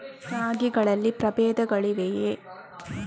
ರಾಗಿಗಳಲ್ಲಿ ಪ್ರಬೇಧಗಳಿವೆಯೇ?